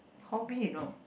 hobby you know